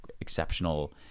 exceptional